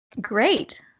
Great